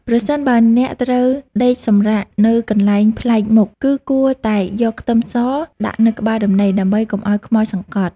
ប្រសិនបើអ្នកត្រូវដេកសម្រាកនៅកន្លែងប្លែកមុខគឺគួរតែយកខ្ទឹមសមកដាក់នៅក្បាលដំណេកដើម្បីកុំឱ្យខ្មោចសង្កត់។